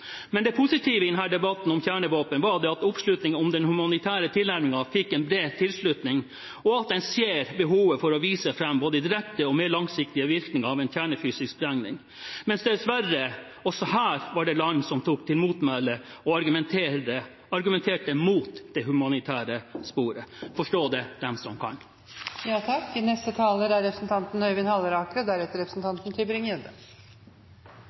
Men det positive i debatten om kjernevåpen var at oppslutningen om den humanitære tilnærmingen fikk en bred tilslutning, og at en ser behovet for å vise fram både direkte og mer langsiktige virkninger av en kjernefysisk sprengning, mens det dessverre også her var land som tok til motmæle og argumenterte mot det humanitære sporet. Forstå det dem som